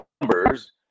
numbers